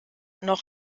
noch